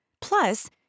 Plus